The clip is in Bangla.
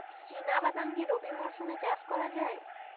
চিনা বাদাম কি রবি মরশুমে চাষ করা যায়?